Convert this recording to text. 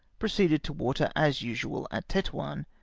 proceeded to water, as usual, at tetuan,